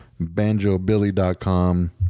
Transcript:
BanjoBilly.com